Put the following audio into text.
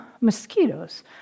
mosquitoes